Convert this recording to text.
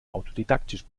autodidaktisch